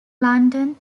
london